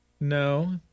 No